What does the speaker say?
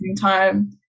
time